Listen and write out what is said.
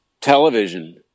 television